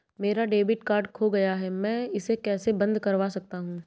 मेरा debit card खो गया है मैं इसे कैसे बंद करवा सकता हूँ?